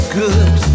good